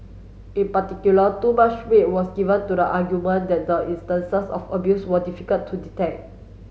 in particular too much weight was given to the argument that the instances of abuse were difficult to detect